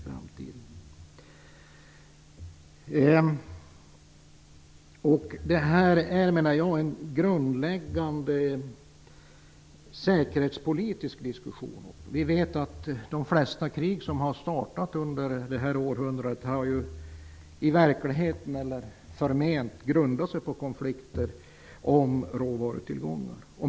Jag menar att det är fråga om en grundläggande säkerhetspolitisk diskussion. De flesta krig som startat under detta århundrade har ju grundats på förmenta konflikter om just råvarutillgångar.